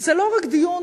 זה לא רק דיון